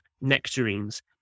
nectarines